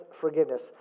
forgiveness